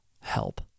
help